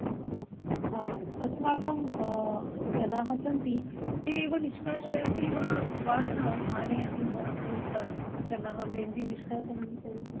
अस्तु आमाम् अस्माकं जनाः सन्ति ते एव निष्कासयन्ति वा भवान् आनयति वा बहिस्तात् जनाः मेन्दी निष्कासनं तर्हि